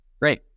Great